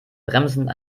bremsen